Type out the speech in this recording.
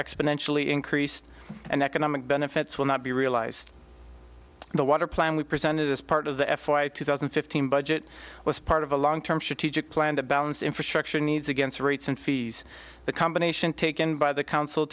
exponentially increased and economic benefits will not be realized in the water plan we presented as part of the f y two thousand and fifteen budget was part of a long term strategic plan to balance infrastructure needs against rates and fees the combination taken by the council